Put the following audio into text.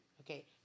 Okay